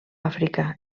àfrica